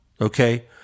Okay